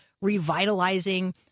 revitalizing